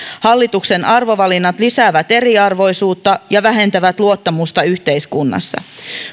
hallituksen arvovalinnat lisäävät eriarvoisuutta ja vähentävät luottamusta yhteiskunnassa